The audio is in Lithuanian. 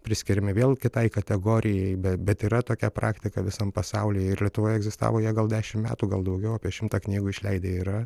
priskiriami vėl kitai kategorijai bet bet yra tokia praktika visam pasaulyje ir lietuvoje egzistavo jie gal dešimt metų gal daugiau apie šimtą knygų išleidę yra